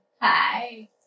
Hi